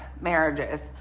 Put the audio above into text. marriages